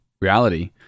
reality